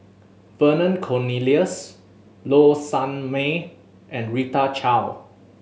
Vernon Cornelius Low Sanmay and Rita Chao